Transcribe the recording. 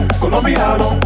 colombiano